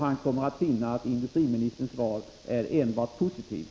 Han kommer då att finna att industriministerns svar är enbart positivt.